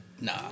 Nah